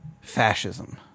fascism